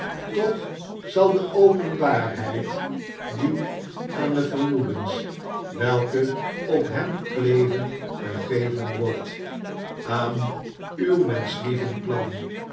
toch zal de openbaarheid die aan de vermoedens weike op hem kleven gegeven wordt aan uw menschlievend plan